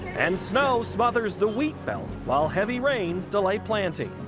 and snow smothers the wheat belt while heavy rains delay planting.